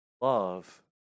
Love